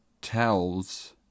tells